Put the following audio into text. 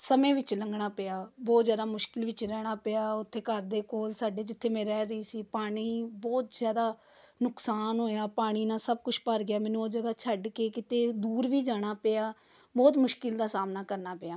ਸਮੇਂ ਵਿੱਚੋਂ ਲੰਘਣਾ ਪਿਆ ਬਹੁਤ ਜ਼ਿਆਦਾ ਮੁਸ਼ਕਿਲ ਵਿੱਚ ਰਹਿਣਾ ਪਿਆ ਉੱਥੇ ਘਰ ਦੇ ਕੋਲ ਸਾਡੇ ਜਿੱਥੇ ਮੈਂ ਰਹਿ ਰਹੀ ਸੀ ਪਾਣੀ ਬਹੁਤ ਜ਼ਿਆਦਾ ਨੁਕਸਾਨ ਹੋਇਆ ਪਾਣੀ ਨਾਲ ਸਭ ਕੁਛ ਭਰ ਗਿਆ ਮੈਨੂੰ ਉਹ ਜਗਾ ਛੱਡ ਕੇ ਕਿਤੇ ਦੂਰ ਵੀ ਜਾਣਾ ਪਿਆ ਬਹੁਤ ਮੁਸ਼ਕਿਲ ਦਾ ਸਾਹਮਣਾ ਕਰਨਾ ਪਿਆ